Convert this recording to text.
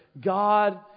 God